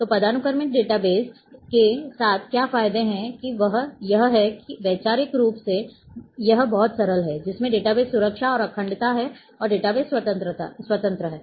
तो पदानुक्रमित data base के साथ क्या फायदे हैं वह यह है कि वैचारिक रूप से यह बहुत सरल है जिसमें डेटाबेस सुरक्षा और अखंडता है और डेटा स्वतंत्रता है